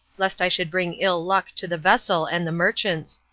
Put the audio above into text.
lest i should bring ill-luck to the vessel and the merchants.